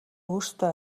өөрсдөө